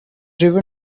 driven